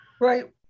right